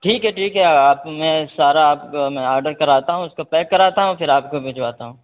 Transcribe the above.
ٹھیک ہے ٹھیک ہے آپ میں سارا آرڈر کراتا ہوں اس کو پیک کراتا ہوں پھر آپ کو بھجواتا ہوں